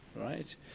right